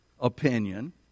opinion